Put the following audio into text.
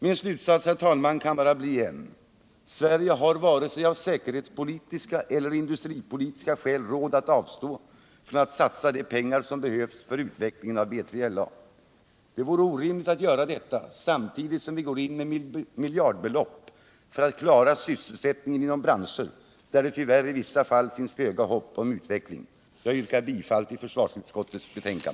Min slutsats, herr talman, kan bara bli en: Sverige har vare sig av säkerhetspolitiska eller industripolitiska skäl råd att avstå från att satsa de pengar som behövs för utvecklingen av B3LA. Det vore orimligt att avstå från detta samtidigt som vi går in med miljardbelopp för att klara sysselsättningen inom branscher där det tyvärr i vissa fall finns föga hopp om utveckling. Jag yrkar bifall till försvarsutskottets hemställan.